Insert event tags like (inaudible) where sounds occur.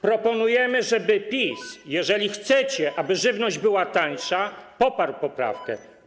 Proponujemy, żeby PiS, (noise) jeżeli chcecie, aby żywność była tańsza, poparł poprawkę.